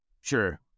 Sure